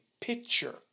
picture